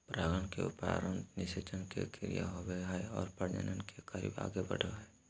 परागन के उपरान्त निषेचन के क्रिया होवो हइ और प्रजनन के कार्य आगे बढ़ो हइ